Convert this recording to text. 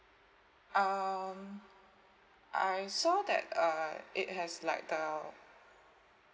um I saw that uh it has like uh